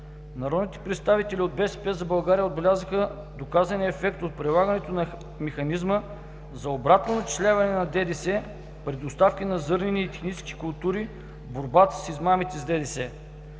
Народните представители от „БСП за България“ отбелязаха доказания ефект от прилагането на механизма за обратно начисляване на ДДС при доставки на зърнени и технически култури в борбата с измамите с ДДС.